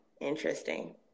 Interesting